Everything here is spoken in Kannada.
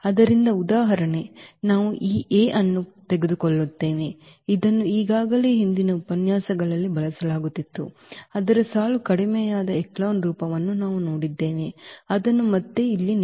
ಆದ್ದರಿಂದ ಉದಾಹರಣೆಗೆ ನಾವು ಈ A ಅನ್ನು ತೆಗೆದುಕೊಳ್ಳುತ್ತೇವೆ ಇದನ್ನು ಈಗಾಗಲೇ ಹಿಂದಿನ ಉಪನ್ಯಾಸಗಳಲ್ಲಿ ಬಳಸಲಾಗುತ್ತಿತ್ತು ಅದರ ಸಾಲು ಕಡಿಮೆಯಾದ ಎಚೆಲಾನ್ ರೂಪವನ್ನೂ ನಾವು ನೋಡಿದ್ದೇವೆ ಅದನ್ನು ಮತ್ತೆ ಇಲ್ಲಿ ನೀಡಲಾಗಿದೆ